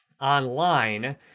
online